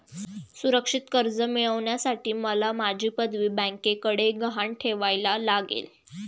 सुरक्षित कर्ज मिळवण्यासाठी मला माझी पदवी बँकेकडे गहाण ठेवायला लागेल